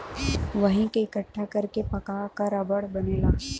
वही के इकट्ठा कर के पका क रबड़ बनेला